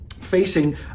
facing